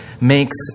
makes